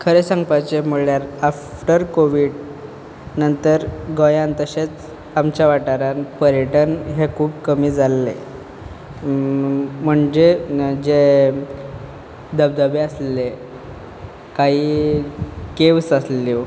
खरें सांगपाचें म्हणल्यार आफ्टर कोवीड नंतर गोंयान तशेंच आमच्या वाटारान पर्यटन हें खूब कमी जाल्लें म्हणजे जे धबधबे आसले काही केव्स आसल्यो